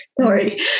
Sorry